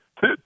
Two